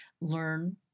learn